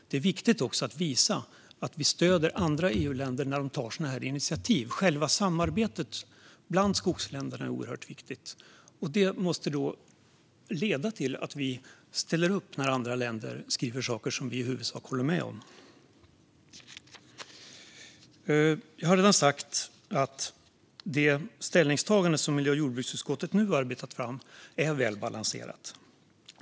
Det är dock viktigt att visa att vi stöder andra EU-länder när de tar sådana här initiativ. Själva samarbetet mellan skogsländerna är oerhört viktigt, och detta måste leda till att vi ställer upp när andra länder skriver saker som vi i huvudsak håller med om. Jag har redan sagt att det ställningstagande som miljö och jordbruksutskottet nu arbetat fram är välbalanserat.